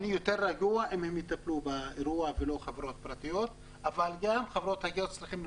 חיבור מחדש אחרי אירוע או תקלה - לא כל תקלה מחייבת רישיונות ואישורים,